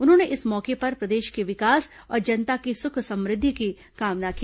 उन्होंने इस मौके पर प्रदेश के विकास और जनता की सुख समृद्वि की कामना की